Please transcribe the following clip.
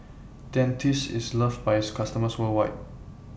Dentiste IS loved By its customers worldwide